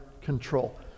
control